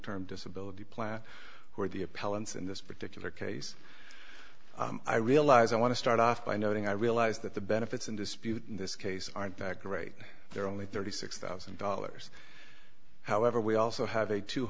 term disability plan for the appellants in this particular case i realize i want to start off by noting i realize that the benefits in dispute in this case aren't that great they're only thirty six thousand dollars however we also have a two